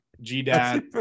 G-Dad